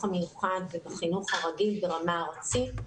המיוחד ובחינוך הרגיל ברמה הארצית.